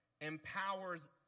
empowers